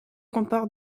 comporte